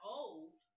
old